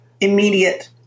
immediate